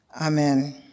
Amen